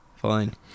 Fine